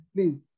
Please